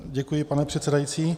Děkuji, pane předsedající.